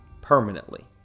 Permanently